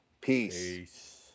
Peace